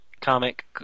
comic